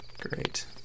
Great